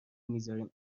میذارین